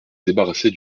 débarrasser